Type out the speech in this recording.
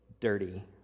dirty